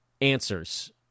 answers